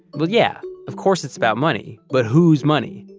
well, yeah. of course it's about money. but who's money?